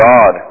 God